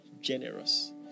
generous